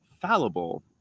fallible